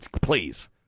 please